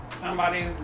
Somebody's